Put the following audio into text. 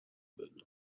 بدونم